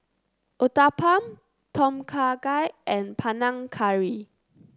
Uthapam Tom Kha Gai and Panang Curry